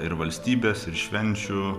ir valstybės ir švenčių